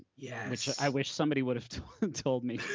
yeah which i wish somebody would've told me